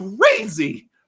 crazy